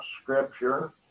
scripture